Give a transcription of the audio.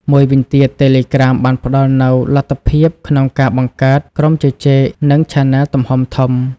មួយវិញទៀត តេឡេក្រាមបានផ្តល់នូវលទ្ធភាពក្នុងការបង្កើត ក្រុមជជែក និងឆាណេល ទំហំធំ។